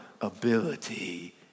ability